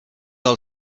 del